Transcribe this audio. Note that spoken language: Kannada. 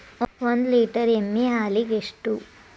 ಒಂದು ಲೇಟರ್ ಎಮ್ಮಿ ಹಾಲಿಗೆ ಎಷ್ಟು?